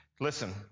Listen